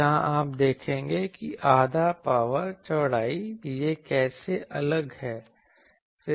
तो यहाँ आप देखेंगे कि आधा पावर चौड़ाई यह कैसे अलग है